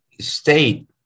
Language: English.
state